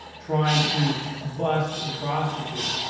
trying to bust the prostitute,